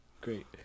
Great